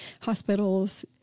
hospitals